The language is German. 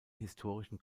historischen